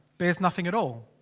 bears nothing at all!